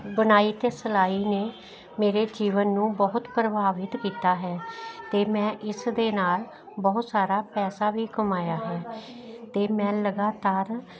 ਬੁਣਾਈ ਅਤੇ ਸਿਲਾਈ ਨੇ ਮੇਰੇ ਜੀਵਨ ਨੂੰ ਬਹੁਤ ਪ੍ਰਭਾਵਿਤ ਕੀਤਾ ਹੈ ਅਤੇ ਮੈਂ ਇਸ ਦੇ ਨਾਲ ਬਹੁਤ ਸਾਰਾ ਪੈਸਾ ਵੀ ਕਮਾਇਆ ਹੈ ਅਤੇ ਮੈਂ ਲਗਾਤਾਰ